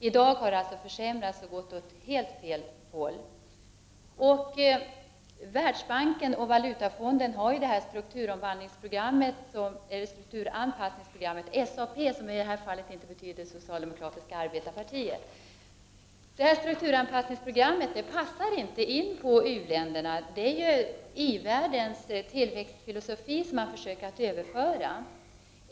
I dag har balansen ytterligare försämrats och utvecklingen har gått åt fel håll. Världsbanken och Valutafonden har antagit ett strukturanpassningsprogram, SAP. ”SAP” står alltså i det här fallet inte för socialdemokratiska arbetarepartiet. Strukturanpassningsprogrammet passar inte för u-ländernas situation. Det är i-världens tillväxtfilosofi man försöker införa.